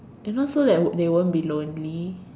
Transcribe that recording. you know so that wo~ they won't be lonely